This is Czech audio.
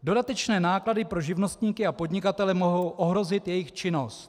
Dodatečné náklady pro živnostníky a podnikatele mohou ohrozit jejich činnost.